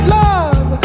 love